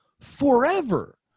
forever